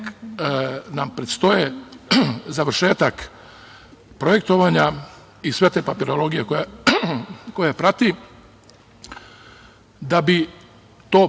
nam predstoji završetak projektovanja i sve te papirologije koja prati da bi to